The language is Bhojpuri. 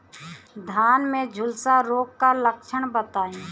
धान में झुलसा रोग क लक्षण बताई?